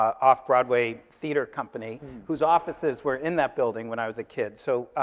off-broadway theater company, whose offices were in that building when i was a kid. so